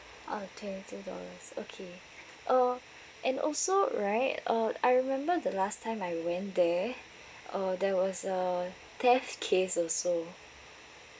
okay two dollars okay uh and also right uh I remember the last time I went there uh there was uh theft case also